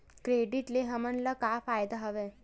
Credit ले हमन ला का फ़ायदा हवय?